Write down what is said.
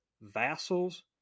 vassals